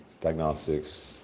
diagnostics